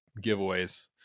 giveaways